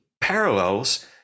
parallels